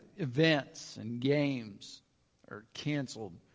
events and games are canceled.